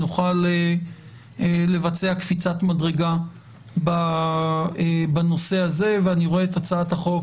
נוכל לבצע קפיצת מדרגה בנושא הזה ואני רואה את הצעת החוק